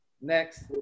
Next